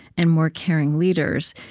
and more caring leaders.